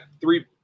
three –